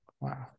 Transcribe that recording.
Wow